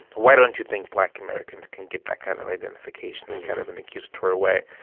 why don't you think black americans can get that kind of identification? in kind of an accusatory way.